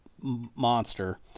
monster